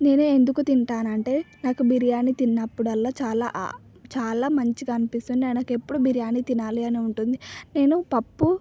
నేను ఎందుకు తింటాను అంటే నాకు బిర్యానీ తిన్నప్పుడల్లా చాలా చాలా మంచిగా అనిపిస్తుంది నే నాకు ఎప్పుడు బిర్యానీ తినాలి అనే ఉంటుంది నేను పప్పు